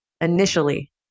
initially